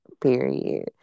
period